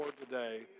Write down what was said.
today